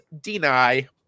deny